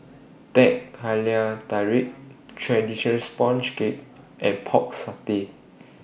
Teh Halia Tarik Traditional Sponge Cake and Pork Satay